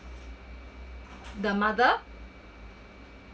the mother